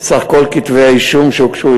סך כל כתבי האישום שהוגשו,